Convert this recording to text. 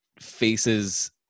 faces